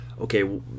okay